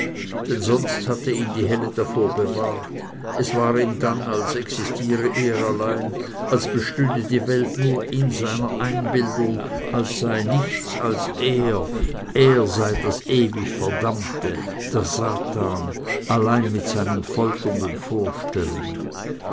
denn sonst hatte ihn die helle davor bewahrt es war ihm dann als existiere er allein als bestünde die welt nur in seiner einbildung als sei nichts als er er sei das ewig verdammte der satan allein mit seinen folternden vorstellungen